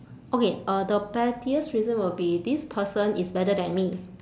okay uh the pettiest reason will be this person is better than me